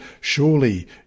Surely